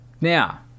Now